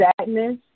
sadness